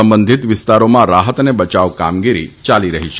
સંબંધીત વિસ્તારોમાં રહાત અને બચાવ કામગીરી યાલી રહી છે